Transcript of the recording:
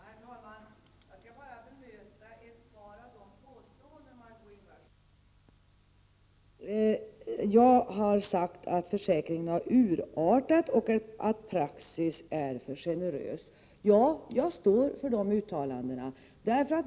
Herr talman! Jag skall bara bemöta ett par av Margö Ingvardssons påståenden. Jag sade att försäkringen har urartat och att praxis är för generös, och jag står för dessa uttalanden.